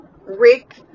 Rick